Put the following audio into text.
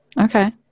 Okay